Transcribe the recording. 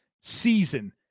season